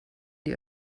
die